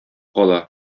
кала